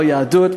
את היהדות,